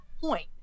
point